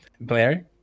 Blair